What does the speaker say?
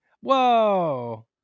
Whoa